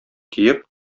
киеп